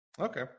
okay